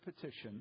petition